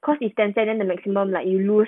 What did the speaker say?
cause it's ten cent then the maximum like you lose